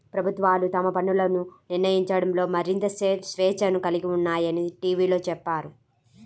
ప్రభుత్వాలు తమ పన్నులను నిర్ణయించడంలో మరింత స్వేచ్ఛను కలిగి ఉన్నాయని టీవీలో చెప్పారు